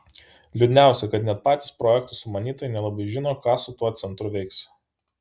liūdniausia kad net patys projekto sumanytojai nelabai žino ką su tuo centru veiks